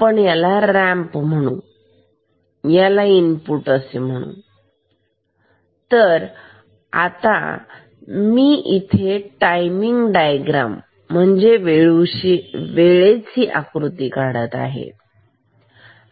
आपण याला रॅम्प म्हणू आणि याला इनपुट असे म्हणू तर आता मी इथे टाइमिंग डायग्राम वेळेची आकृती काढत आहे